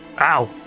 Ow